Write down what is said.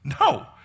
No